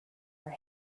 are